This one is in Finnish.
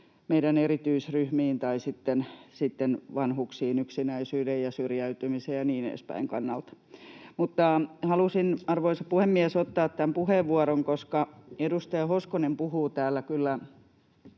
meidän erityisryhmiimme tai sitten vanhuksiin yksinäisyyden ja syrjäytymisen ja niin edespäin kannalta. Mutta halusin, arvoisa puhemies, ottaa tämän puheenvuoron, koska edustaja Hoskonen puhuu täällä kyllä